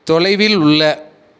தொலைவில் உள்ள